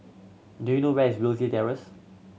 do you know where is Rosy Terrace